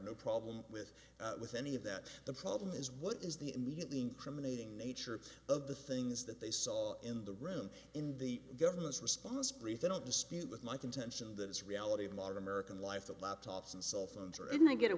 no problem with with any of that the problem is what is the immediately incriminating nature of the things that they saw in the room in the government's response brief they don't dispute with my contention that it's reality of modern american life that laptops and cell phones are in to get a